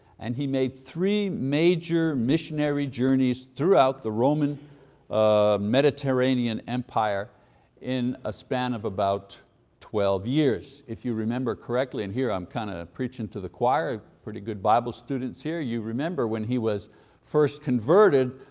and he made three major missionary journeys throughout the roman mediterranean empire in a span of about twelve years, if you remember correctly. and here, i'm kind of preaching to the choir, pretty good bible students here. you remember when he was first converted,